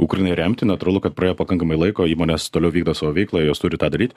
ukrainai remti natūralu kad praėjo pakankamai laiko įmonės toliau vykdo savo veiklą jos turi tą daryt